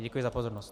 Děkuji za pozornost.